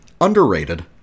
Underrated